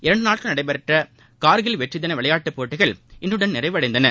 இரண்டு நாட்கள் நடைபெற்ற கார்கில் வெற்றி தின விளையாட்டுப்போட்டிகள் இன்றுடன் நிறைவடைந்தன